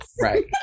Right